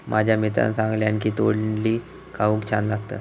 माझ्या मित्रान सांगल्यान की तोंडली खाऊक छान लागतत